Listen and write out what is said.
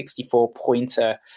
64-pointer